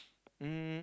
um